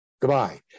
Goodbye